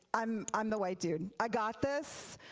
i'm i'm the white dude. i got this.